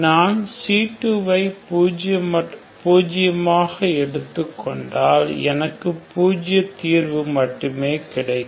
நான் c2 ஐ பூஜ்ஜியமாக எடுத்துக் கொண்டால் எனக்கு பூஜ்ஜிய தீர்வு மட்டுமே கிடைக்கும்